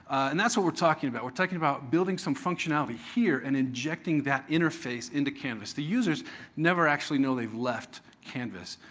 and that's what we're talking about. we're talking about building some functionality here and injecting that interface into canvas. the users never actually know they've left canvas.